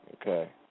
Okay